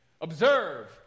Observe